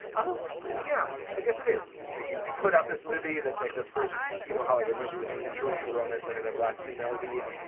oh, ah yeah, i guess it is. but you put out this movie that's like the first you know hollywood movie with an interracial romance and another black female lead.